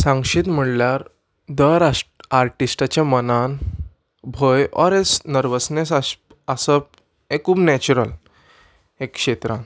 सांगशीत म्हणल्यार दर आश आर्टिस्टाच्या मनान भंय ऑर एस नर्वसनेस आस आसप हें खूब नॅचरल एक क्षेत्रान